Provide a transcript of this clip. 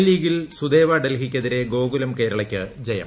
I ലീഗിൽ സുദേവ ഡൽഹിക്കെതിരെ ഗോകുലം കേരളയ്ക്ക് ജയം